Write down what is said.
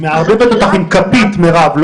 היא מערבבת אותך עם כפית, מירב.